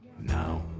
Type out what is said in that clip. now